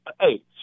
hey